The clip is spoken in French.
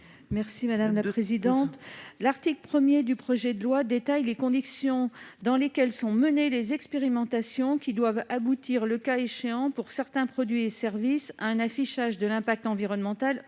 est à Mme Catherine Dumas. L'article 1 du projet de loi détaille les conditions dans lesquelles seront menées les expérimentations devant aboutir, le cas échéant, pour certains produits et services, à un affichage de l'impact environnemental